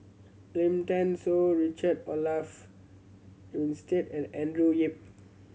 Lim Thean Soo Richard Olaf Winstedt and Andrew Yip